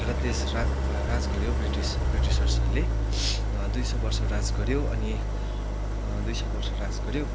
भारत देश र राज गऱ्यो ब्रिटिस ब्रिटिसर्सहरूले दुई सय वर्ष राज गऱ्यो अनि दुई सय वर्ष राज गऱ्यो